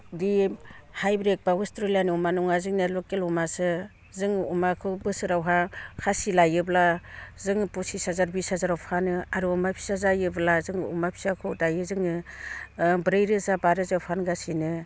दि hybrid बा अस्ट्रेलियानि अमा नङा जोंनिया लकेल अमासो जोङो अमाखौ बोसोरावहा खासि लायोब्ला जोङो पसिस हाजार बिस हाजाराव फानो आरो अमा फिसा जायोब्ला जों अमा फिसाखौ दायो जोङो ब्रै रोजा बा रोजायाव फानगासिनो